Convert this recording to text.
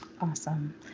awesome